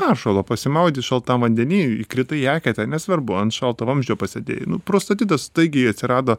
peršalo pasimaudei šaltam vandeny įkritai į eketę nesvarbu ant šalto vamzdžio pasėdėjai prostatitas staigiai atsirado